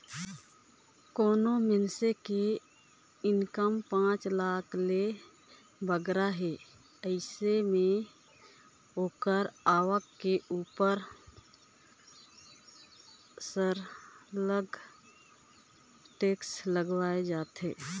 कोनो मइनसे के इनकम पांच लाख ले बगरा हे अइसे में ओकर आवक के उपर सरलग टेक्स लगावल जाथे